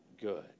good